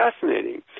fascinating